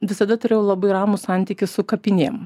visada turėjau labai ramų santykį su kapinėm